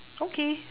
okay